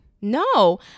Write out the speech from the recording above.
No